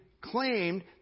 claimed